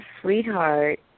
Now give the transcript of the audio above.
sweetheart